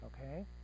okay